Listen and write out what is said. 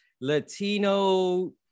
Latino